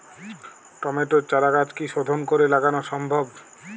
টমেটোর চারাগাছ কি শোধন করে লাগানো সম্ভব?